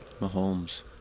Mahomes